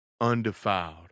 undefiled